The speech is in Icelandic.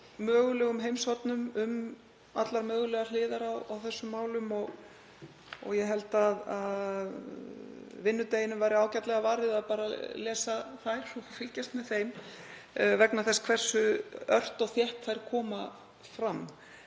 mögulegum heimshornum um allar mögulegar hliðar á þessum málum. Ég held að vinnudeginum væri ágætlega varið í að lesa þær og fylgjast með þeim vegna þess hversu ört og þétt þær koma fram.